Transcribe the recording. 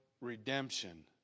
redemption